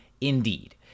Indeed